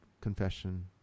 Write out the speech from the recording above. confession